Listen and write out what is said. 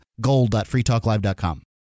gold.freetalklive.com